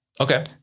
okay